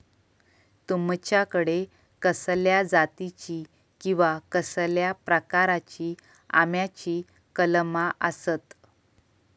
तुमच्याकडे कसल्या जातीची किवा कसल्या प्रकाराची आम्याची कलमा आसत?